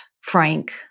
Frank